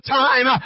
time